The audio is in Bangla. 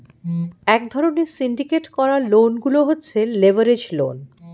এক ধরণের সিন্ডিকেট করা লোন গুলো হচ্ছে লেভারেজ লোন